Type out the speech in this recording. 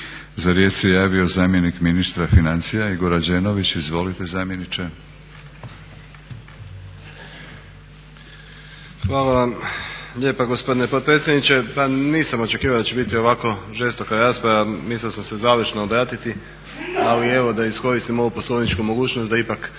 Za riječ se javio zamjenik ministra financija, Igor Rađenović. Izvolite zamjeniče. **Rađenović, Igor (SDP)** Hvala vam lijepa gospodine potpredsjedniče. Pa nisam očekivao da će biti ovako žestoka rasprava, mislio sam se završno obratiti ali evo da iskoristim ovu poslovničku mogućnost da ipak